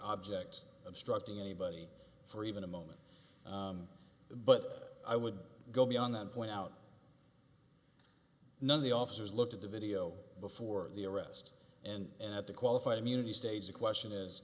object obstructing anybody for even a moment but i would go beyond that point out none of the officers looked at the video before the arrest and at the qualified immunity stage the question is